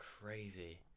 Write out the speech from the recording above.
crazy